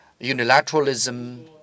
unilateralism